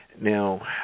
Now